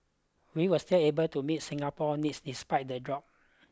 we will still able to meet Singapore needs despite the drop